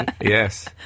Yes